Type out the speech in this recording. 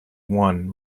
one